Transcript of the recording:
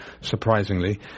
surprisingly